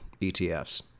ETFs